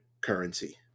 currency